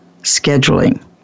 scheduling